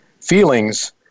feelings